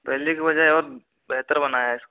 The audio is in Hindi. पहले के बजाय और बेहतर बनाया है इसको